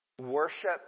worship